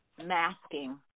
masking